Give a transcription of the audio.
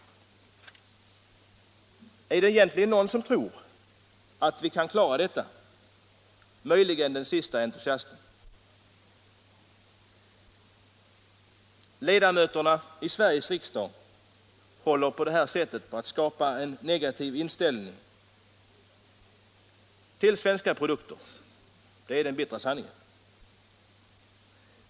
Är det egentligen någon som tror att vi kan klara allt detta? Möjligen den siste entusiasten. Ledamöterna i Sveriges riksdag håller på det sättet på att skapa en negativ inställning till svenska produkter. Det är den bittra sanningen.